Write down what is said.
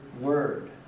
word